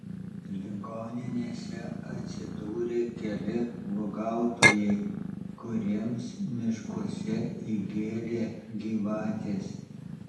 ligoninėse atsidūrė keli uogautojai kuriems miškuose įgėlė gyvatės